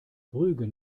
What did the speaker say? rügen